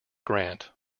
grant